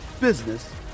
business